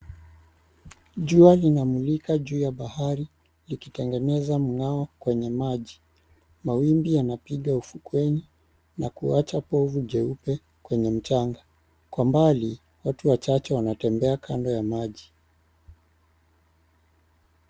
Jua inamulika juu ya bahari ikitengeza mng'ao kwenye maji, mawimbi yanapiga ufukweni na kuwacha povu jeupe kwenye mchanga. Kwa mbali watu wachache wanatembea kando ya maji.